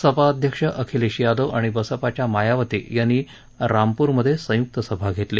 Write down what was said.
सपा अध्यक्ष आखिलेश यादव आणि बसपाच्या मायावती यांनी रामपूरमधे संयुक्त सभा घेतली